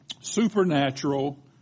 Supernatural